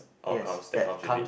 outcomes that comes with it